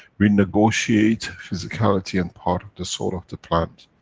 we negotiate physicality and part of the soul of the plant,